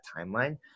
timeline